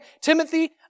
Timothy